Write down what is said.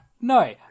No